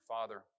Father